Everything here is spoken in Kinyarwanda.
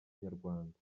inyarwanda